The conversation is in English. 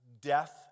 death